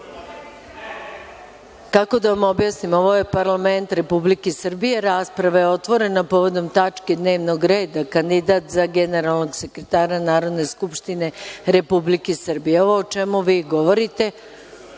Kako da vam objasnim? Ovo je parlament Republike Srbije, rasprava je otvorena povodom tačke dnevnog reda – kandidat za generalnog sekretara Narodne skupštine Republike Srbije. Ovo o čemu govorite